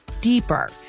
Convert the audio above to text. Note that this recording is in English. deeper